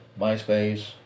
MySpace